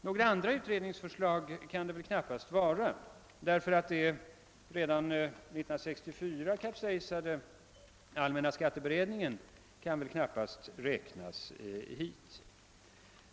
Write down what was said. Några andra utredningsförslag kan det väl knappast vara fråga om, ty den redan 1964 kapsejsade allmänna skatteberedningen kan väl knappast räknas hit.